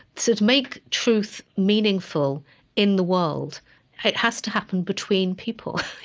to to make truth meaningful in the world, it has to happen between people.